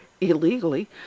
illegally